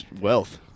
Wealth